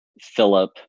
Philip